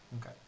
Okay